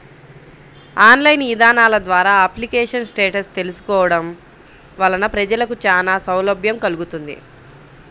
online ఇదానాల ద్వారా application status తెలుసుకోవడం వలన ప్రజలకు చానా సౌలభ్యం కల్గుతుంది